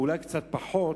אולי קצת פחות,